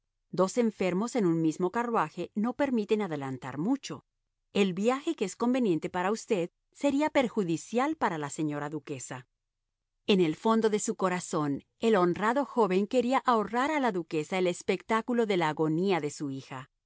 dos enfermos en un mismo carruaje no permiten adelantar mucho el viaje que es conveniente para usted sería perjudicial para la señora duquesa en el fondo de su corazón el honrado joven quería ahorrar a la duquesa el espectáculo de la agonía de su hija